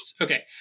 Okay